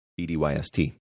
BDYST